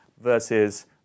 Versus